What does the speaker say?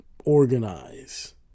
organize